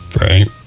right